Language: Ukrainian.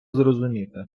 зрозуміти